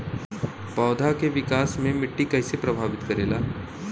पौधा के विकास मे मिट्टी कइसे प्रभावित करेला?